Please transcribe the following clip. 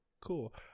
cool